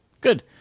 Good